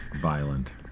violent